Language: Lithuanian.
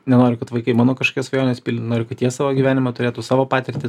nenoriu kad vaikai mano kažkas svajonės pildytų noriu kad jie savo gyvenimą turėtų savo patirtį